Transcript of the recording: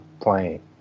playing